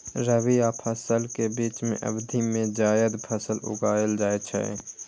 रबी आ खरीफ फसल के बीच के अवधि मे जायद फसल उगाएल जाइ छै